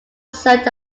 served